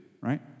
right